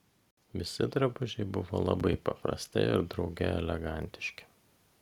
visi drabužiai buvo labai paprasti ir drauge elegantiški